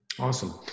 Awesome